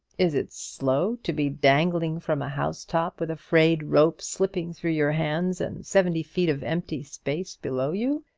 is it slow to be dangling from a housetop with a frayed rope slipping through your hands and seventy feet of empty space below you?